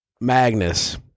Magnus